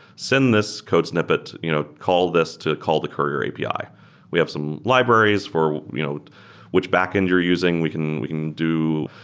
send this code snippet. you know call this to call the courier api. we have some libraries for you know which backend you're using. we can we can do